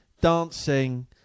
dancing